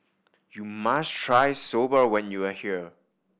you must try Soba when you are here